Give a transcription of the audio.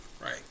Right